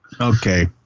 Okay